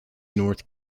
north